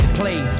play